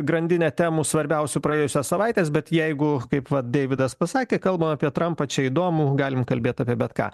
grandinę temų svarbiausių praėjusios savaitės bet jeigu kaip vat deividas pasakė kalbam apie trampą čia įdomu galim kalbėt apie bet ką